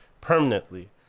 permanently